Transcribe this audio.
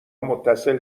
متصل